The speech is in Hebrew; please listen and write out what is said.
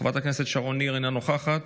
חברת הכנסת שרון ניר, אינה נוכחת,